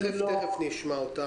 תכף נשמע אותם.